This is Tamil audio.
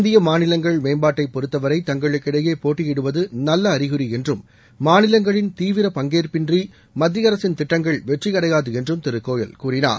இந்திய மாநிலங்கள் மேம்பாட்டை பொருத்தவரை தங்களுக்கிடையே போட்டியிடுவது நல்ல அழிகுறி என்றும் மாநிலங்களின் தீவிர பங்கேற்பின்றி மத்தியஅரசின் திட்டங்கள் வெற்றியடையாது என்றும் திரு கோயல் கூறினார்